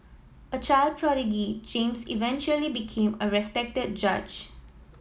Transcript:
a child prodigy James eventually became a respected judge